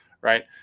right